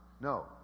No